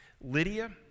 Lydia